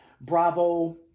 Bravo